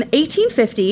1850